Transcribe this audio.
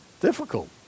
Difficult